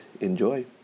enjoy